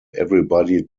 everybody